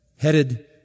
headed